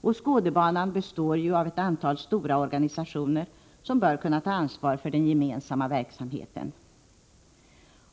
och Skådebanan består ju av ett antal stora organisationer som bör kunna ta ansvar för den gemensamma verksamheten.